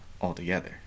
altogether